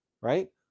right